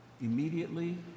immediately